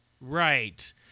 Right